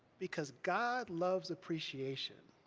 because god loves appreciation.